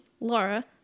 laura